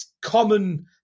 common